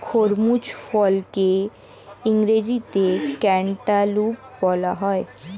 খরমুজ ফলকে ইংরেজিতে ক্যান্টালুপ বলা হয়